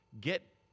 Get